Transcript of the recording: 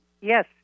Yes